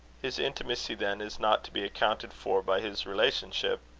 his intimacy, then, is not to be accounted for by his relationship?